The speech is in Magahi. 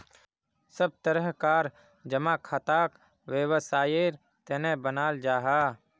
सब तरह कार जमा खाताक वैवसायेर तने बनाल जाहा